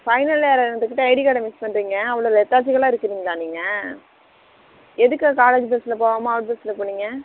final இயரா இருந்துக்கிட்டு ID கார்டை மிஸ் பண்ணுறீங்க அவ்வளோ லெத்தாஜிக்கல்லாக இருக்கிறீங்களா நீங்க எதுக்கு காலேஜ் பஸ்சில் போகாமல் அவுட் பஸ்சில் போனீங்க